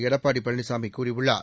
எடப்பாடி பழனிசாமி கூறியுள்ளார்